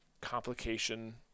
Complication